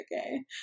okay